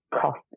cost